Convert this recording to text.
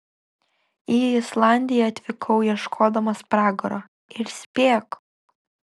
į islandiją atvykau ieškodamas pragaro ir spėk